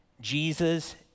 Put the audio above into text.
Jesus